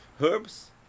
herbs